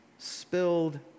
spilled